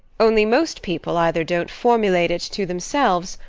only most people either don't formulate it to themselves,